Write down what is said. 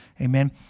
Amen